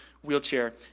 wheelchair